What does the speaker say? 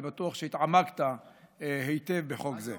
אני בטוח שהתעמקת היטב בחוק זה.